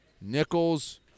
Nichols